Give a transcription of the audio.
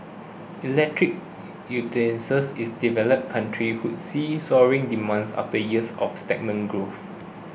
electric utensils is developed countries would see soaring demands after years of stagnating growth